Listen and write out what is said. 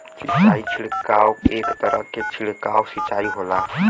सिंचाई छिड़काव एक तरह क छिड़काव सिंचाई होला